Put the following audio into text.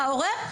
ההורה?